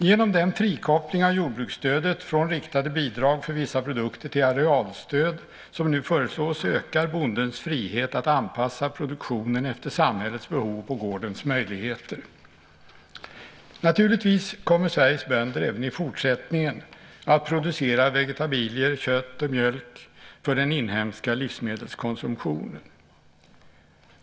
Genom den frikoppling av jordbruksstödet från riktade bidrag för vissa produkter till arealstöd som nu föreslås ökar bondens frihet att anpassa produktionen efter samhällets behov och gårdens möjligheter. Naturligtvis kommer Sveriges bönder även i fortsättningen att producera vegetabilier, kött och mjölk för den inhemska livsmedelskonsumtionen.